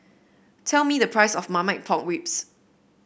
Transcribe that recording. tell me the price of Marmite Pork Ribs